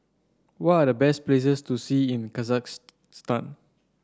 what are the best places to see in Kazakhstan